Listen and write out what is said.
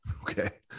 okay